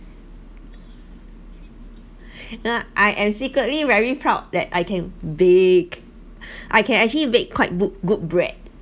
I am secretly very proud that I can bake I can actually make quite good good bread